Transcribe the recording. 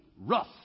rough